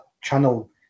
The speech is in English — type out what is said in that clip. channel